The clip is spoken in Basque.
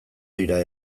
dira